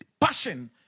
passion